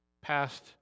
past